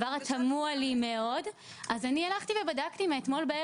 בגלל התקציב אני מבקר עכשיו המון ברשויות,